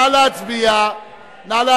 נא להצביע.